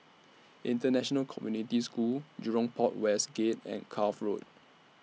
International Community School Jurong Port West Gate and Cuff Road